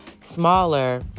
smaller